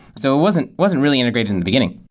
so it wasn't wasn't really integrated in the beginning